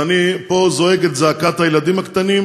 אני פה זועק את זעקת הילדים הקטנים